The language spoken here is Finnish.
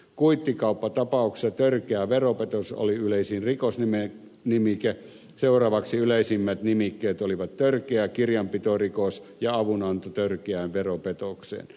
kuittikauppatapauksessa törkeä veropetos oli yleisin rikosnimike seuraavaksi yleisimmät nimikkeet olivat törkeä kirjanpitorikos ja avunanto törkeään veropetokseen